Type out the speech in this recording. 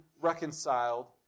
reconciled